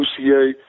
UCA